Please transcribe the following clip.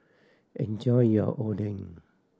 enjoy your Oden